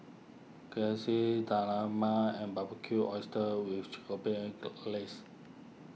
Dal Man and Barbecued Oysters with Glaze